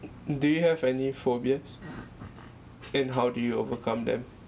do you have any phobias and how do you overcome them